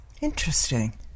Interesting